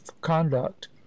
conduct